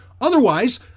Otherwise